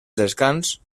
descans